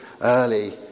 early